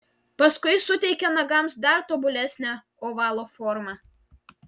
paskui suteikia nagams dar tobulesnę ovalo formą